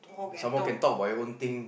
some more can talk about your own thing